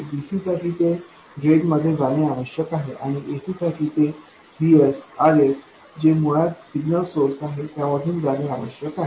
dc साठी ते ड्रेनमध्ये जाणे आवश्यक आहे आणि ac साठी ते Vs Rs जे मुळात सिग्नल सोर्स आहे त्यामधून जाणे आवश्यक आहे